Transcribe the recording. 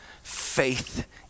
faith